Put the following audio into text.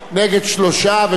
אינני משנה את ההצבעה,